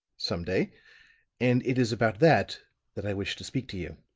some day and it is about that that i wish to speak to you.